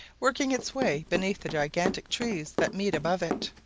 working its way beneath the gigantic trees that meet above it.